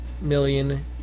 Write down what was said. million